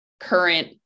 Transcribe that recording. current